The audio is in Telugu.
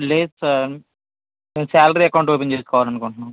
లేదు సార్ సాలరీ అకౌంట్ ఓపెన్ చేసుకోవాలి అనుకుంటున్నాము